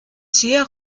sehr